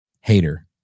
Hater